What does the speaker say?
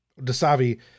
Dasavi